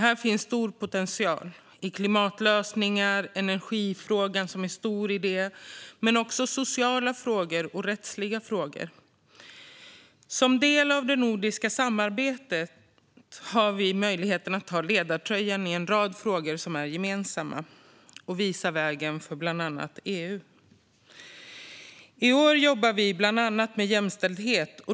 Här finns stor potential när det gäller klimatlösningar och energifrågan - som är stor i detta - men också när det gäller sociala och rättsliga frågor. Som en del av det nordiska samarbetet har vi möjligheten att ta ledartröjan i en rad frågor som är gemensamma och att visa vägen för bland annat EU. I år jobbar vi bland annat med jämställdhet.